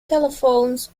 telephones